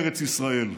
ארץ ישראל.